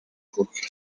хүрэх